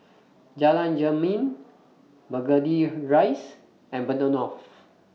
Jalan Jermin Burgundy Rise and Bedok North